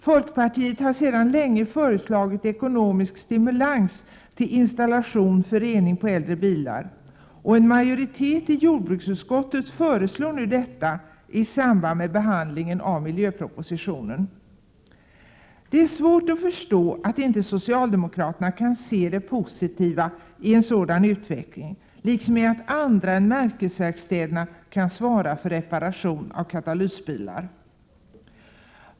Folkpartiet har sedan länge föreslagit ekonomisk stimulans till installation av renare på äldre bilar, vilket en majoritet i jordbruksutskottet nu föreslår i samband med behandlingen av miljöpropositionen. Det är svårt att förstå att socialdemokraterna inte kan inse det positiva i en sådan utveckling liksom i att andra än märkesverkstäderna kan svara för reparation av bilar med katalytisk avgasrening.